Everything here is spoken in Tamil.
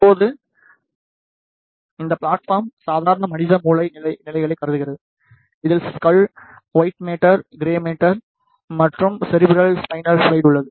இப்போது இந்த பிளாட்பாம் சாதாரண மனித மூளை நிலைகளை கருதுகிறது இதில் skull white matter grey matter மற்றும் செரிப்ரல் ஸ்பைனல் ப்லுய்டு உள்ளது